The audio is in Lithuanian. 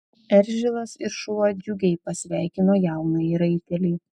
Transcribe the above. eržilas ir šuo džiugiai pasveikino jaunąjį raitelį